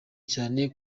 cyane